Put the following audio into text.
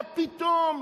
מה פתאום